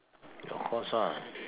of course ah